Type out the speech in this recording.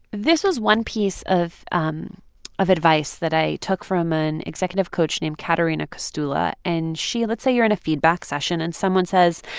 this was one piece of um of advice that i took from an executive coach named caterina kostoula. and she let's say you're in a feedback session. and someone says,